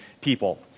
people